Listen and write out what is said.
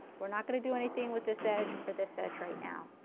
we are not going to do anything with this edge or this edge right now.